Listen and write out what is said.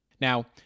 Now